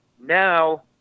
now